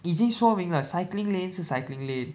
已经说明了 cycling lane 是 cycling lane